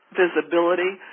visibility